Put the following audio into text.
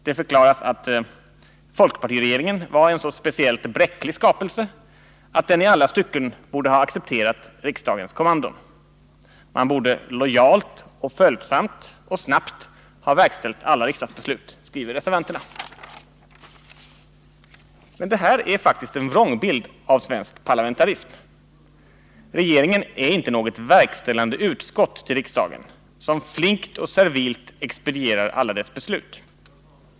Det förklaras att folkpartiregeringen var en så speciellt bräcklig skapelse att den i alla stycken borde ha accepterat riksdagens kommandon. Man borde ”lojalt” och ”följsamt” och ”snabbt” ha verkställt alla riksdagsbeslut, skriver reservanterna. Men det här är faktiskt en vrångbild av svensk parlamentarism. Regeringen är inte något verkställande utskott till riksdagen som flinkt och servilt expedierar alla dess beslut.